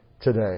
today